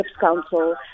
Council